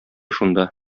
шунда